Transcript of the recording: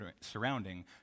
surrounding